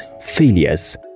failures